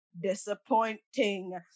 disappointing